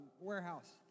warehouse